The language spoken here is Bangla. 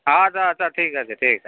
হ্যাঁ আছা আছা ঠিক আছে ঠিক আছে